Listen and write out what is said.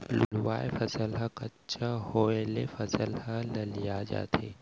लूवाय फसल ह कच्चा होय ले फसल ह ललिया जाथे